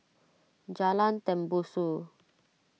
Jalan Tembusu